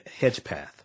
Hedgepath